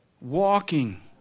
walking